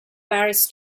paris